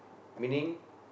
meaning